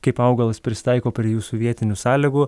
kaip augalas prisitaiko prie jūsų vietinių sąlygų